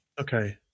Okay